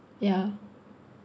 ya